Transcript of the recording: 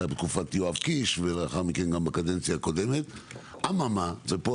זה היה בתקופת יואב קיש ולאחר מכן גם בקדנציה הקודמת; אממה ופה